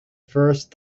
first